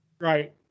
Right